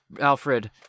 Alfred